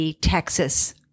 Texas